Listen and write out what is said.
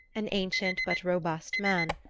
an ancient but robust man,